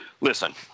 Listen